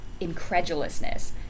incredulousness